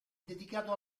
dedicato